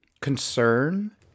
concern